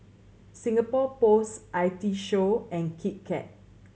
Singapore Post I T Show and Kit Kat